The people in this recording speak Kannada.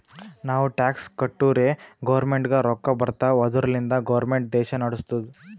ನಾವು ಟ್ಯಾಕ್ಸ್ ಕಟ್ಟುರೇ ಗೌರ್ಮೆಂಟ್ಗ ರೊಕ್ಕಾ ಬರ್ತಾವ್ ಅದುರ್ಲಿಂದೆ ಗೌರ್ಮೆಂಟ್ ದೇಶಾ ನಡುಸ್ತುದ್